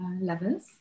levels